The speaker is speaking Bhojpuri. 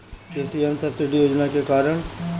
कृषि यंत्र सब्सिडी योजना के कारण?